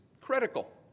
critical